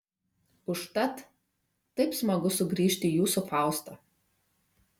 užtat taip smagu sugrįžti į jūsų faustą